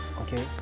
Okay